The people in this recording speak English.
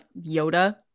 yoda